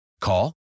Call